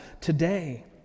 today